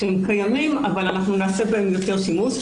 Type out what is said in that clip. שהם קיימים אבל אנחנו נעשה בהם יותר שימוש,